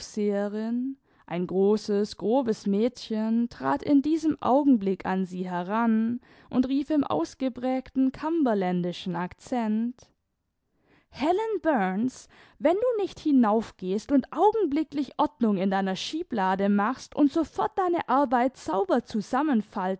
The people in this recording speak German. ein großes grobes mädchen trat in diesem augenblick an sie heran und rief im ausgeprägten cumberländischen accent helen burns wenn du nicht hinauf gehst und augenblicklich ordnung in deiner schieblade machst und sofort deine arbeit